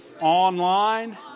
online